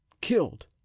killed